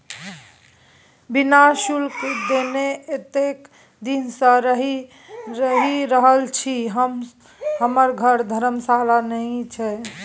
बिना शुल्क देने एतेक दिन सँ रहि रहल छी हमर घर धर्मशाला नहि छै